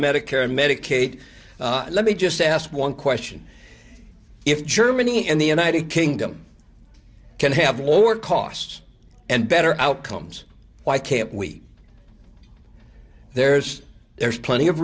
medicare medicaid let me just ask one question if germany and the united kingdom can have lower costs and better outcomes why can't we there's there's plenty of